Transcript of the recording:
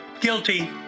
guilty